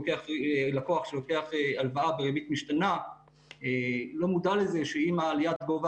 לקוח שלוקח הלוואה בריבית משתנה לא מודע לזה שעם עליית גובה